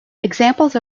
examples